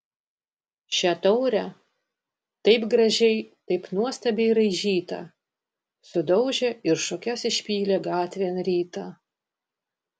šią taurę taip gražiai taip nuostabiai raižytą sudaužė ir šukes išpylė gatvėn rytą